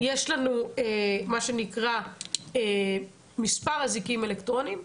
לפחות יש לי פקחים שיוצאים עם הרכב ומסתובבים.